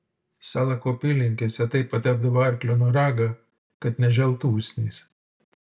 salako apylinkėse taip patepdavo arklo noragą kad neželtų usnys